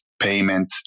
payment